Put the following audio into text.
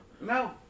No